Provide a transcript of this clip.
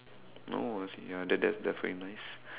no as in ya that that's definitely nice